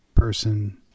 person